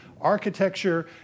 architecture